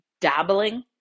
dabbling